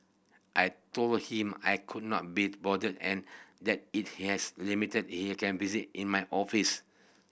I told him I could not be bothered and that if he has limited he can visit in my office